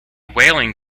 whaling